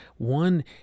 One